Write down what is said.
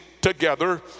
together